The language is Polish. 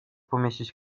pomieścić